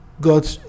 god